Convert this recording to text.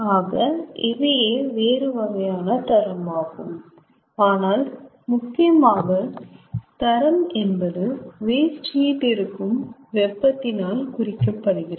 ஆக இவையே வேறு வகையான தரம் ஆகும் ஆனால் முக்கியமாக தரம் என்பது வேஸ்ட் ஹீட் இருக்கும் வெப்பத்தினால் குறிக்கப்படுகிறது